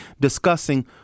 discussing